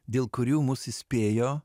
dėl kurių mus įspėjo